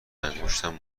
انگشتم